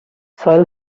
soil